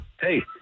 Hey